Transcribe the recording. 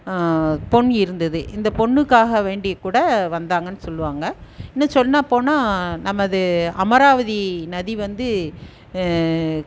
பொன் இருந்தது இந்த பொன்னுக்காக வேண்டி கூட வந்தாங்கன்னு சொல்லுவாங்க இன்னும் சொன்னால் போன்னால் நமது அமராவதி நதி வந்து